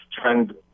trend